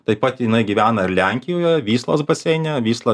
taip pat jinai gyvena ir lenkijoje vyslos baseine vysla